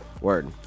Word